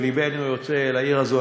שלבנו יוצא אל העיר הזאת,